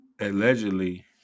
allegedly